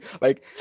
Like-